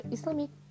Islamic